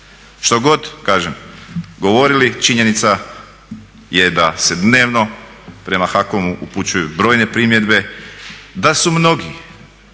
Što god kažem govorili činjenica je da se dnevno prema HAKOM-u upućuju brojne primjedbe, da su mnogi,